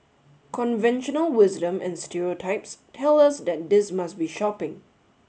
conventional wisdom and stereotypes tell us that this must be shopping